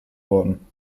worden